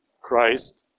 Christ